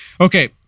Okay